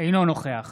אינו נוכח